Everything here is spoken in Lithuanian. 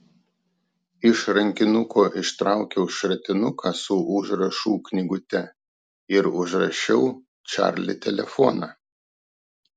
iš rankinuko ištraukiau šratinuką su užrašų knygute ir užrašiau čarli telefoną